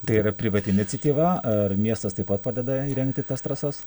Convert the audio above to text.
tai yra privati iniciatyva ar miestas taip pat padeda įrengti tas trasas